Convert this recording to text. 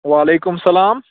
وعلیکُم السلام